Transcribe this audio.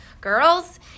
girls